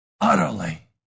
utterly